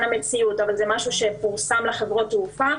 המציאות אבל זה משהו שפורסם לחברות התעופה.